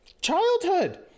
childhood